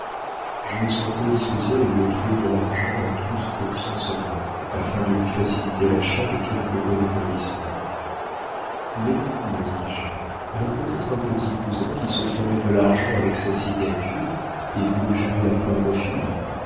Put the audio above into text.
je me sentais disposé à lui offrir de l'argent à douze pour cent seulement afin de lui faciliter l'achat de quelque bon établissement mais me dis-je elle a peut-être un petit cousin qui se ferait de l'argent avec sa signature et grugerait la pauvre fille